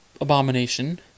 abomination